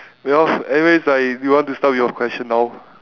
well anyways right do you want to start with your question now